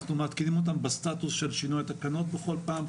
אנחנו מעדכנים אותם בסטטוס של שינוי התקנות בכל פעם.